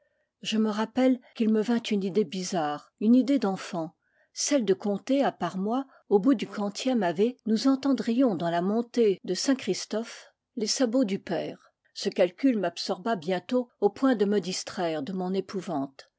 je me rappelle qu'il me vint une idée bizarre une idée d'enfant celle de compter à part moi au bout du quantième ave nous entendrions dans la montée de saintchristophe les sabots du père ce calcul m'absorba bientôt au point de me distraire de mon épouvante